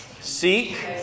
Seek